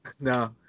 No